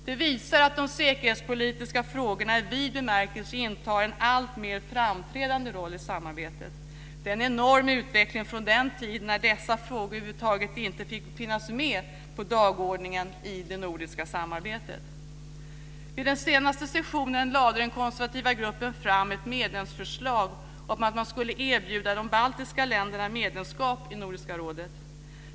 Detta visar att de säkerhetspolitiska frågorna i vid bemärkelse intar en alltmer framträdande roll i samarbetet. Det är en enorm utveckling från den tid när dessa frågor över huvud taget inte fick finnas med på dagordningen i det nordiska samarbetet. Vid den senaste sessionen lade den konservativa gruppen fram ett medlemsförslag om att man skulle erbjuda de baltiska länderna medlemskap i Nordiska rådet.